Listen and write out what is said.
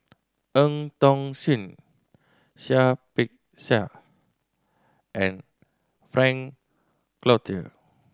Eu Tong Sen Seah Peck Seah and Frank Cloutier